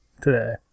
today